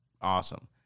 Awesome